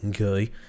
okay